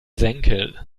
senkel